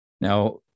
Now